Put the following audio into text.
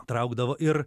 traukdavo ir